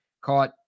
caught